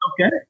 Okay